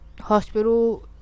hospital